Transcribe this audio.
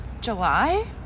July